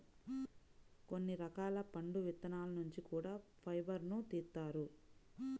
కొన్ని రకాల పండు విత్తనాల నుంచి కూడా ఫైబర్ను తీత్తారు